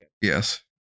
Yes